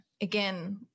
again